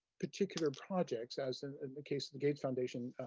particular projects as in the case of the gates foundation,